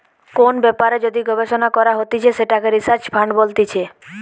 কোন ব্যাপারে যদি গবেষণা করা হতিছে সেটাকে রিসার্চ ফান্ড বলতিছে